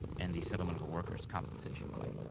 and the settlement of a worker's compensation claim.